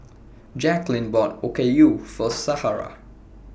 Jaclyn bought Okayu For Shara